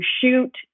shoot